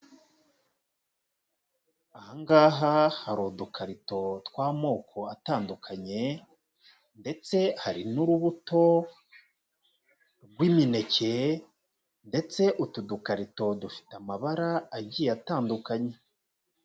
Aha ngaha hari udukarito tw'amoko atandukanye ndetse hari n'urubuto rw'imineke ndetse utu dukarito dufite amabara agiye atandukanye.